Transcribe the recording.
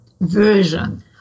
version